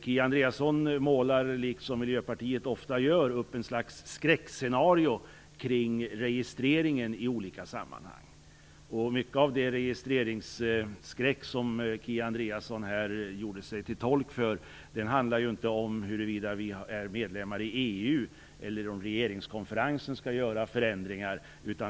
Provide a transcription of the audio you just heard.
Kia Andreasson målar, liksom Miljöpartiet ofta gör, upp ett slags skräckscenario kring registreringen i olika sammanhang. Mycket av den registreringsskräck som Kia Andreasson här gjorde sig till tolk för handlar ju inte om huruvida vi är medlemmar i EU eller om regeringskonferensen skall göra förändringar.